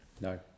No